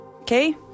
Okay